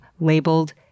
labeled